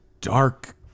dark